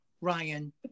Ryan